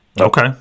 okay